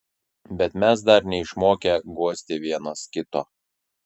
bet mes dar neišmokę guosti vienas kito